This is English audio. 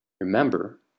Remember